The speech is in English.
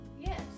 Yes